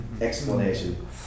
Explanation